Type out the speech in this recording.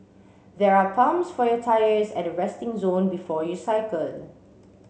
there are pumps for your tyres at the resting zone before you cycle